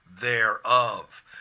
thereof